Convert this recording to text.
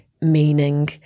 meaning